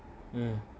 um